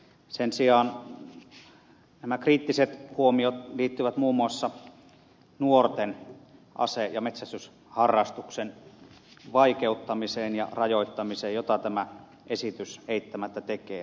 sen sijaan nämä kriittiset huomiot liittyvät muun muassa nuorten ase ja metsästysharrastuksen vaikeuttamiseen ja rajoittamiseen jota tämä esitys eittämättä tekee